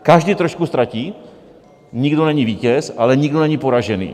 Každý trošku ztratí, nikdo není vítěz, ale nikdo není poražený.